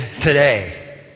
today